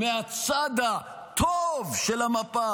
מהצד הטוב של המפה.